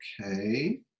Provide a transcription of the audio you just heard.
okay